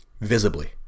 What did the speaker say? visibly